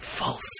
False